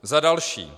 Za další.